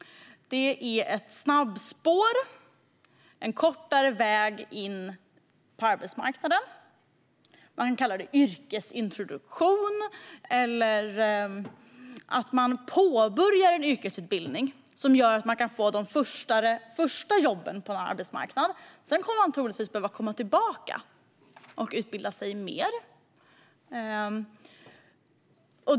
Det är ett snabbspår - en kortare väg in på arbetsmarknaden. Vi kan kalla det yrkesintroduktion eller att man påbörjar en yrkesutbildning som gör att man kan få de första jobben på en arbetsmarknad. Sedan kommer man troligtvis att behöva komma tillbaka och utbilda sig mer.